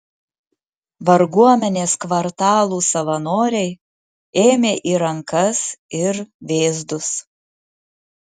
varguomenės kvartalų savanoriai ėmė į rankas ir vėzdus